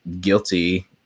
guilty